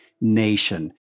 Nation